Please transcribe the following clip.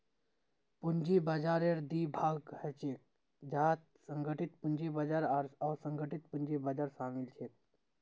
पूंजी बाजाररेर दी भाग ह छेक जहात संगठित पूंजी बाजार आर असंगठित पूंजी बाजार शामिल छेक